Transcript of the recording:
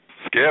Skip